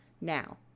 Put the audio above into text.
Now